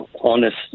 honest